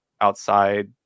outside